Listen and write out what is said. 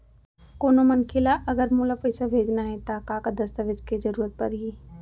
कोनो मनखे ला अगर मोला पइसा भेजना हे ता का का दस्तावेज के जरूरत परही??